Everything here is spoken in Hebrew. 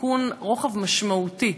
תיקון רוחב משמעותי,